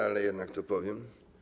Ale jednak to powiem.